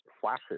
flashes